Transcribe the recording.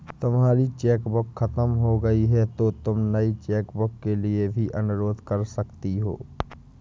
तुम्हारी चेकबुक खत्म हो गई तो तुम नई चेकबुक के लिए भी अनुरोध कर सकती हो